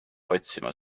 otsima